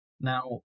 Now